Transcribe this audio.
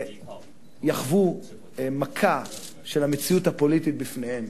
יחוו מכה של המציאות הפוליטית בפניהם